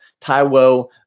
Taiwo